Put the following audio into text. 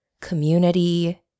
community